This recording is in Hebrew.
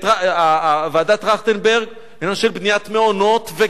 ועדת-טרכטנברג, העניין של בניית מעונות וגנים.